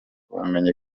ubumenyi